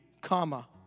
comma